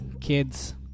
kids